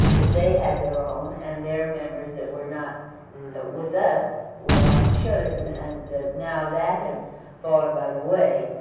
but they had their, and their members that were not with us went on and showed it, and and now that has fallen by the way.